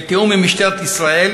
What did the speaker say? בתיאום עם משטרת ישראל,